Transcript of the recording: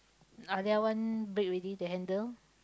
Alia one break already the handle